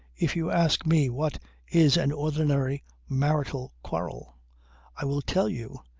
if you ask me what is an ordinary marital quarrel i will tell you,